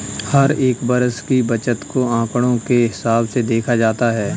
हर एक वर्ष की बचत को आंकडों के हिसाब से देखा जाता है